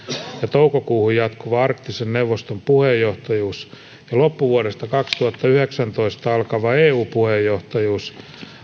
toukokuuhun jatkuva arktisen neuvoston puheenjohtajuus ja loppuvuodesta kaksituhattayhdeksäntoista alkava eu puheenjohtajuus